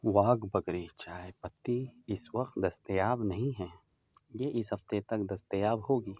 واگھ بکری چائے پتی اس وقت دستیاب نہیں ہے یہ اس ہفتے تک دستیاب ہوگی